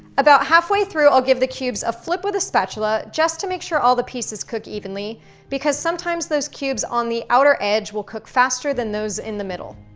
about half way through i'll give the cubes a flip with a spatula, just to make sure all the pieces cook evenly because sometimes those cubes on the outer edge will cook faster than those in the middle.